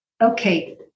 okay